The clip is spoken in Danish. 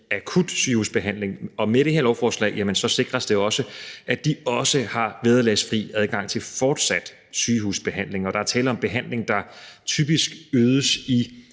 akut sygehusbehandling, og med det her lovforslag sikres det, at de også har vederlagsfri adgang til fortsat sygehusbehandling. Der er tale om behandling, der typisk ydes i